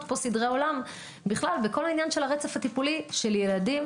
פה סדרי עולם בכל העניין של הרצף הטיפולי של ילדים